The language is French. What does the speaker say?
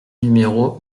numéro